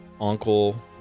uncle